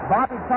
Bobby